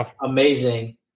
amazing